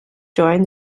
joined